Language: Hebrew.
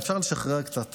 אפשר לשחרר קצת